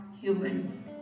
human